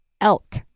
Elk